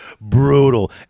brutal